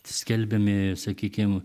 skelbiami sakykim